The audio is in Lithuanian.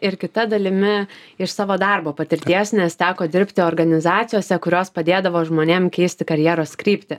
ir kita dalimi iš savo darbo patirties nes teko dirbti organizacijose kurios padėdavo žmonėm keisti karjeros kryptį